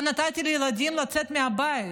לא נתתי לילדים לצאת מהבית.